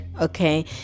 okay